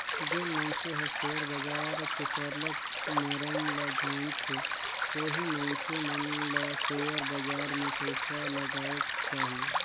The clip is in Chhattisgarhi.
जेन मइनसे हर सेयर बजार के सरलग मरम ल जानथे ओही मइनसे मन ल सेयर बजार में पइसा लगाएक चाही